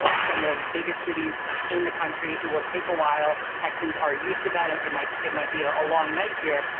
ah some of the biggest cities in the country. it will take a while. texans are used to that. and it might it might be ah a long night here.